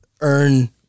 earn